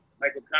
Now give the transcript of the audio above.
Michael